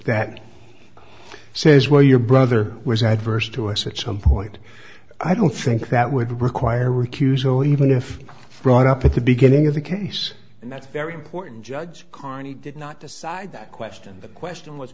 that says well your brother was adverse to us at some point i don't think that would require recuse so even if brought up at the beginning of the case and that's very important judge carney did not decide that question the question was